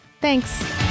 Thanks